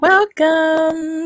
Welcome